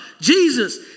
Jesus